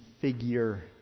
figure